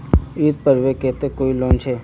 ईद पर्वेर केते कोई लोन छे?